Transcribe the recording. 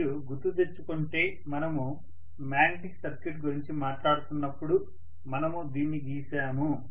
మీరు గుర్తు తెచ్చుకుంటే మనము మాగ్నెటిక్ సర్క్యూట్ గురించి మాట్లాడుతున్నప్పుడు మనము దీన్ని గీసాము